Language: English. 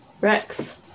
Rex